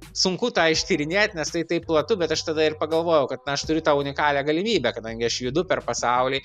sunku tą ištyrinėt nes tai taip platu bet aš tada ir pagalvojau kad na aš turiu tą unikalią galimybę kadangi aš judu per pasaulį